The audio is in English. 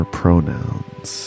pronouns